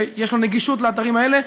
שיש לו גישה לאתרים האלה,